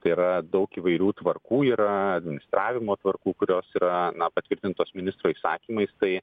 tai yra daug įvairių tvarkų yra administravimo tvarkų kurios yra patvirtintos ministro įsakymais tai